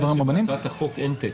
בהצעת החוק אין תקן.